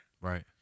Right